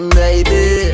baby